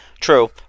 True